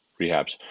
rehabs